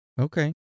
Okay